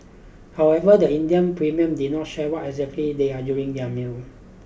however the Indian premier did not share what exactly they ate during their meal